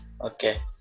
Okay